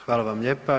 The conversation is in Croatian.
Hvala vam lijepa.